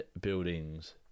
buildings